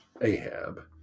Ahab